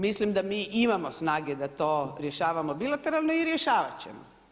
Mislim da mi imamo snage da to rješavamo bilateralno i rješavat ćemo.